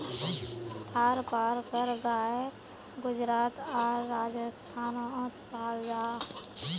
थारपारकर गाय गुजरात आर राजस्थानोत पाल जाहा